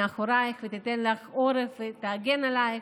ותיתן לך עורף ותגן עליך,